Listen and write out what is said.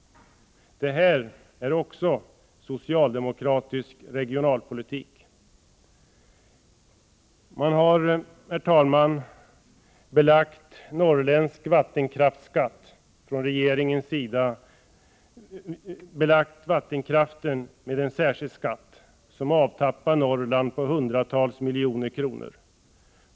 Det här är också socialdemokratisk regionalpolitik. Man har, herr talman, belagt norrländsk vattenkraft med en särskild skatt, som avtappar Norrland på hundratals miljoner kronor.